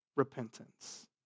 Repentance